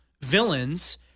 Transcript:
villains